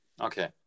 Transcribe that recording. okay